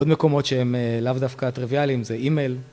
עוד מקומות שהם לאו דווקא טריוויאליים זה אימייל.